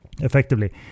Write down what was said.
effectively